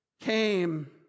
came